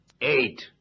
Eight